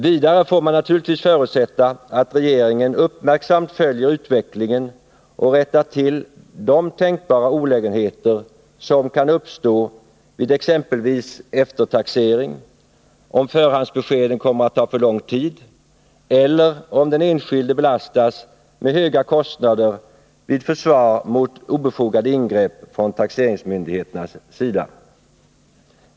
Vidare får man naturligtvis förutsätta att regeringen uppmärksamt följer utvecklingen och rättar till de tänkbara olägenheter som kan uppstå vid exempelvis eftertaxering, om förhandsbeskeden kommer att ta för lång tid eller om den enskilde belastas med höga kostnader vid försvar mot obefogade ingrepp från taxeringsmyndigheternas sida.